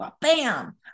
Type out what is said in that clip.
bam